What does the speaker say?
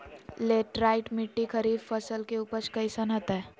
Laterite मिट्टी खरीफ फसल के उपज कईसन हतय?